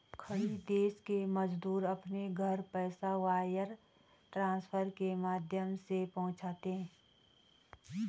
खाड़ी देश के मजदूर अपने घर पैसा वायर ट्रांसफर के माध्यम से पहुंचाते है